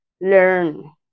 learn